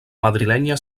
madrilenya